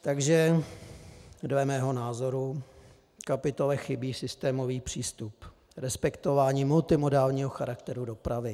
Takže dle mého názoru kapitole chybí systémový přístup, respektování multimodálního charakteru dopravy.